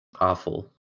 Awful